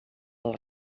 les